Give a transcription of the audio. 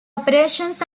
operations